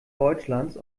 deutschlands